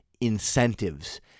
incentives